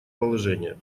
положение